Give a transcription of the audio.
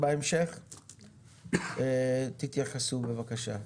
תתייחסו בבקשה.